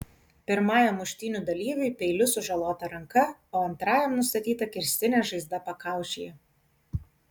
pirmajam muštynių dalyviui peiliu sužalota ranka o antrajam nustatyta kirstinė žaizda pakaušyje